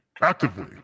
Actively